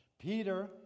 peter